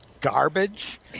garbage